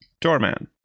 Doorman